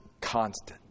constant